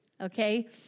okay